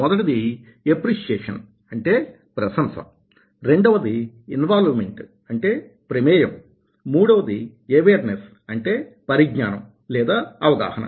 మొదటిది ఎప్రిసియేషన్ అంటే ప్రశంస రెండవది ఇన్వాల్వ్మెంట్ అంటే ప్రమేయం మూడవది ఎవేర్నెస్ అంటే పరిజ్ఞానం లేదా అవగాహన